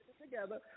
together